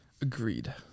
Agreed